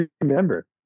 remember